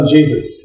Jesus